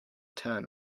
turn